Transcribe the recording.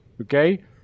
Okay